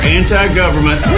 anti-government